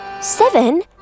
Seven